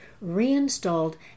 reinstalled